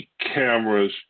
cameras